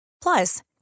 Plus